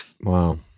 Wow